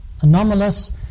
anomalous